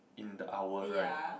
in the hour right